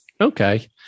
Okay